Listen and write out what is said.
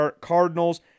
Cardinals